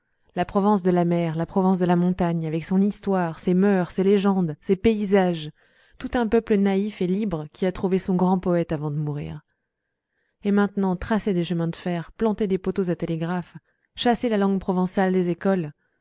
la provence de la mer la provence de la montagne avec son histoire ses mœurs ses légendes ses paysages tout un peuple naïf et libre qui a trouvé son grand poète avant de mourir et maintenant tracez des chemins de fer plantez des poteaux à télégraphes chassez la langue provençale des écoles